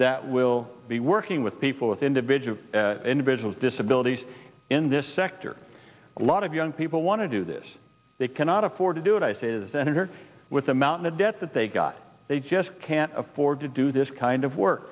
that will be working with people with individual individuals disabilities in this sector a lot of young people want to do this they cannot afford to do what i say is that her with a mountain of debt that they got they just can't afford to do this kind of work